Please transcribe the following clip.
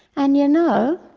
and you know,